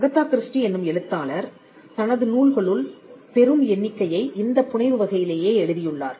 Agatha Christie என்னும் எழுத்தாளர் தனது நூல்களுள் பெரும் எண்ணிக்கையை இந்தப் புனைவு வகையிலேயே எழுதியுள்ளார்